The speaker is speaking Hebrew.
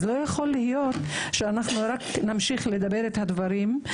לא יכול להיות שאנחנו רק נמשיך לדבר על הדברים.